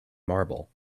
marble